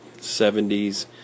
70's